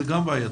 זה גם בעייתי.